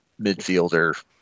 midfielder